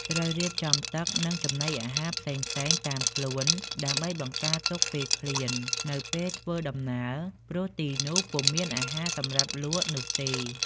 ត្រូវរៀបចំទឹកនិងចំណីអារហារផ្សេងៗតាមខ្លួនដើម្បីបង្កាទុកពេលឃ្លាននៅពេលធ្វើដំណើរព្រោះទីនោះពុំមានអារហារសម្រាប់លក់នោះទេ។